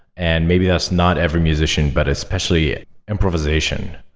and maybe that's not every musician, but especially improvisation.